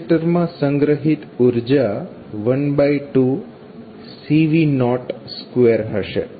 કેપેસીટરમાં સંગ્રહિત ઉર્જા 12CV02 હશે